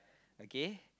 okay